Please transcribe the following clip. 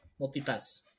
Multipass